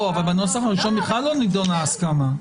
לא, אבל בנוסח הראשון בכלל לא נידונה ההסכמה.